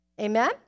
amen